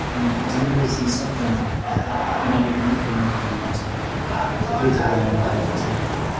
जन्मेपछि सबजना नानीको मुख हेर्नका लागि आउँछ थुप्रो हरू आउँछ